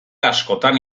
askotan